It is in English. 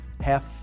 half